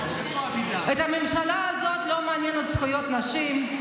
את הממשלה הזאת לא מעניינות זכויות נשים.